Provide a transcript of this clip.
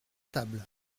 table